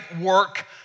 work